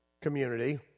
community